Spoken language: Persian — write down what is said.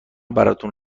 براتون